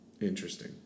Interesting